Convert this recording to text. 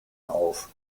auf